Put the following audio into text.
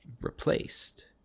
replaced